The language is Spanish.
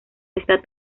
está